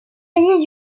alice